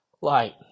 light